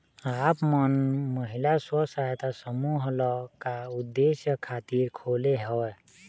आप मन महिला स्व सहायता समूह ल का उद्देश्य खातिर खोले हँव?